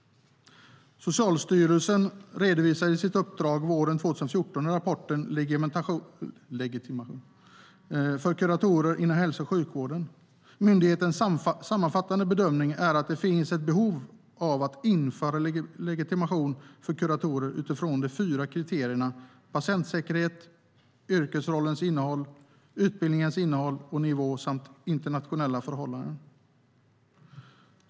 Socialstyrelsen redovisade sitt uppdrag våren 2014 i rapporten Legitimation för kuratorer inom hälso och sjukvård . Myndighetens sammanfattande bedömning är att det finns ett behov av att införa legitimation för kuratorer utifrån de fyra kriterierna patientsäkerhet, yrkesrollens innehåll, utbildningens innehåll och nivå samt internationella förhållanden.